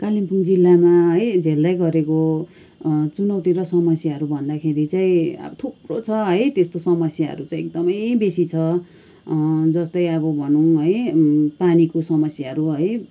कालिम्पोङ जिल्लामा है झेल्दैगरेको चुनौती र समस्याहरू भन्दाखेरि चाहिँ अब थुप्रो छ है त्यस्तो समस्याहरू चाहिँ एकदमै बेसी छ जस्तै अब भनौँ है पानीको समस्याहरू है